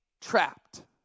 trapped